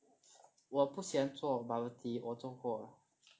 我不喜欢做 bubble tea 我做过 liao